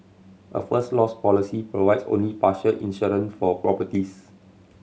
a First Loss policy provides only partial insurance for properties